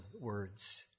words